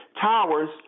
towers